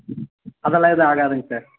அதெல்லாம் எதுவும் ஆகாதுங்க சார்